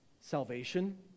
Salvation